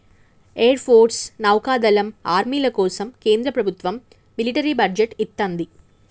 air force, నౌకాదళం, army కోసం కేంద్ర ప్రభత్వం మిలిటరీ బడ్జెట్ ఇత్తంది